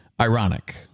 ironic